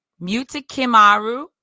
Mutakimaru